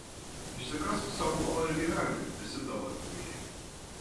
išsikask sau olą ir gyvenk kaip visi tavo artimieji